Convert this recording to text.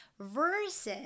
Versus